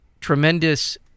tremendous